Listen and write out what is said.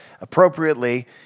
appropriately